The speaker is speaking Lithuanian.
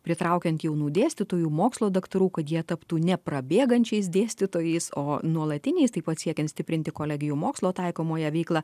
pritraukiant jaunų dėstytojų mokslo daktarų kad jie taptų ne prabėgančiais dėstytojais o nuolatiniais taip pat siekiant stiprinti kolegijų mokslo taikomąją veiklą